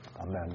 Amen